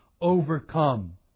overcome